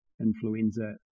influenza